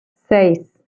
seis